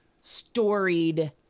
storied